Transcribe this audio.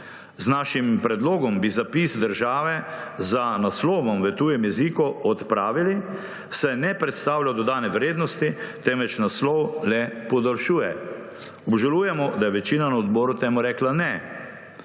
Z našim predlogom bi zapis države za naslovom v tujem jeziku odpravili, saj ne predstavlja dodane vrednosti, temveč naslov le podaljšuje. Obžalujemo, da je večina na odboru temu rekla ne.